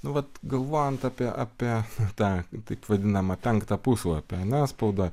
nu vat galvojant apie apie tą taip vadinamą penktą puslapį ar ne spaudoj